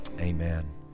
Amen